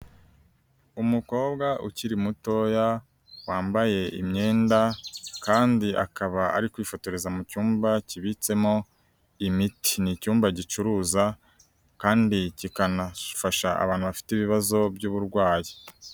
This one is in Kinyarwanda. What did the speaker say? Umukobwa ukiri mutoya wambaye imyenda kandi akaba ari kwifotoreza mu cyumba kibitsemo imiti. Ni icyumba gicuruza kandi kikanafasha abantu bafite ibibazo by'uburwayi.